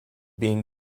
being